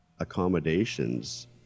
accommodations